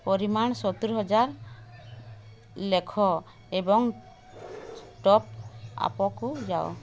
ପରିମାଣ ସତୁରୀ ହଜାର ଲେଖ ଏବଂ ଟପ୍ ଆପକୁ ଯାଅ